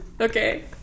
okay